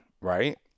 right